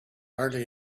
hardly